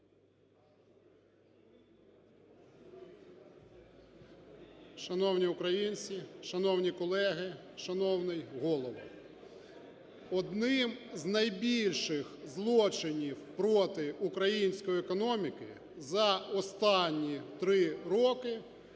Шановні українці, шановні колеги, шановний Голово. Одним з найбільших злочинів проти української економіки за останні три роки